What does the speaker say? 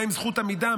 מה עם זכות עמידה?